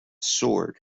sword